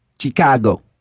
Chicago